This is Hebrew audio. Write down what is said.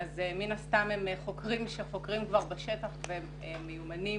הם חוקרים שכבר עובדים בשטח ומן הסתם